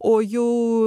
o jau